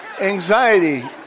anxiety